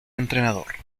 entrenador